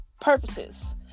purposes